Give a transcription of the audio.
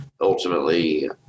ultimately